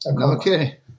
Okay